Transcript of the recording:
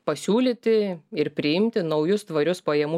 pasiūlyti ir priimti naujus tvarius pajamų